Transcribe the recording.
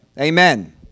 Amen